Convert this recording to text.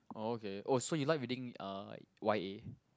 oh okay oh so you like reading uh Y_A